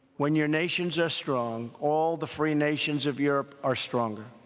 when your nations are strong, all the free nations of europe are stronger,